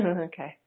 Okay